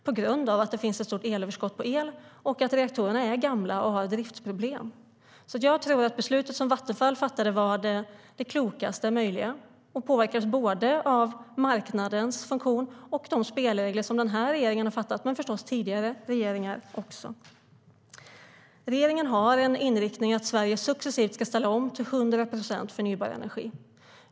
Det beror dels på att det finns ett stort överskott på el, dels på att reaktorerna är gamla och har driftsproblem. Jag tror att beslutet som Vattenfall fattade var det klokast möjliga och påverkades både av marknadens funktion och av de spelregler som nuvarande regering, men förstås också tidigare regeringar, har satt upp. Regeringen har en inriktning att Sverige successivt ska ställa om till 100 procent förnybar energi.